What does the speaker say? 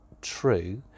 true